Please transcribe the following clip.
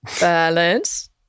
Balance